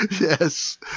Yes